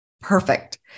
perfect